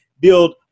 build